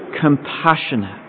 compassionate